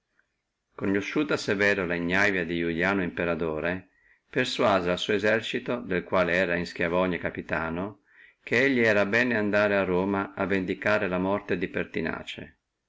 severo la ignavia di iuliano imperatore persuase al suo esercito del quale era in stiavonia capitano che elli era bene andare a roma a vendicare la morte di pertinace il